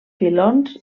filons